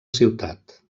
ciutat